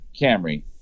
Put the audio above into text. Camry